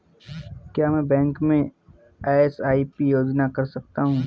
क्या मैं बैंक में एस.आई.पी योजना कर सकता हूँ?